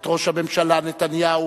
את ראש הממשלה נתניהו,